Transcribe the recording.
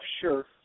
Sure